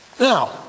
Now